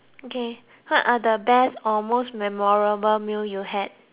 okay what are the best or most memorable meal you had